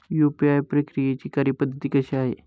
UPI प्रक्रियेची कार्यपद्धती कशी आहे?